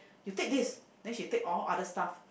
you take this then she take all other stuff